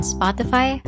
Spotify